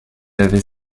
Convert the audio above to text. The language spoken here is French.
avait